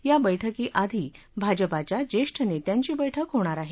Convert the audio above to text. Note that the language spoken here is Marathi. या बैठकीआधी भाजपाच्या ज्येष्ठ नेत्यांची बैठक होणार आहे